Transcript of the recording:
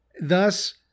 Thus